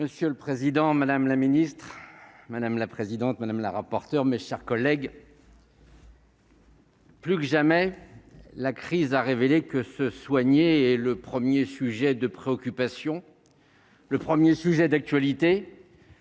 Monsieur le Président, Madame la Ministre, madame la présidente, madame la rapporteure, mes chers collègues. Plus que jamais, la crise a révélé que se soigner et le 1er, sujet de préoccupation, le 1er, sujet d'actualité,